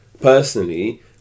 personally